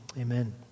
Amen